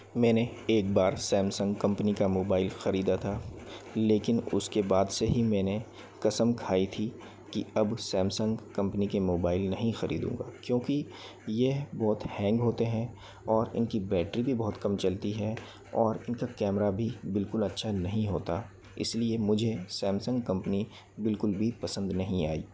मैंने एक बार सैमसंग कंपनी का मोबाइल खरीदा था लेकिन उसके बाद से ही मैंने कसम खाई थी कि अब सैमसंग कंपनी के मोबाइल नहीं खरीदूँगा क्योंकि यह बहुत हैंग होते हैं और इनकी बैटरी भी बहुत कम चलती है और इनका कैमरा भी बिल्कुल अच्छा नहीं होता इसलिए मुझे सैमसंग कंपनी बिल्कुल भी पसंद नहीं आई